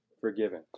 forgiven